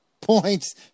points